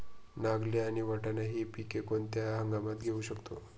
नागली आणि वाटाणा हि पिके कोणत्या हंगामात घेऊ शकतो?